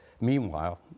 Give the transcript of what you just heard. Meanwhile